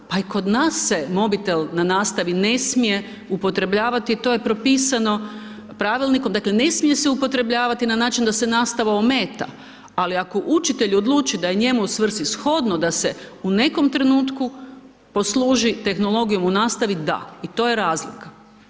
Pa i kod nas se mobitel na nastavi ne smije upotrebljavati, to je propisano pravilnikom, dakle ne smije se upotrebljavati na način da se nastava ometa ali ako učitelj odluči da je njemu svrsishodno da se u nekom trenutku posluži tehnologijom u nastavi, da, i to je razlika.